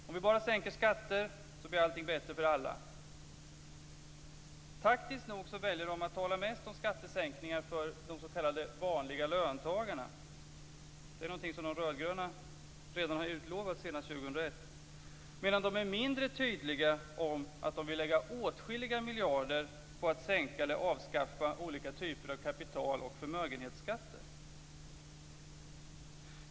Bara vi sänker skatter blir allting bättre för alla. Taktiskt nog väljer de att tala mest om skattesänkningar för de s.k. vanliga löntagarna men det är ju något som de rödgröna redan har utlovat senast 2001. Däremot är de mindre tydliga om att de vill lägga åtskilliga miljarder på att sänka eller avskaffa olika typer av kapital och förmögenhetsskatter.